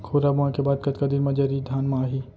खुर्रा बोए के बाद कतका दिन म जरी धान म आही?